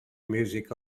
music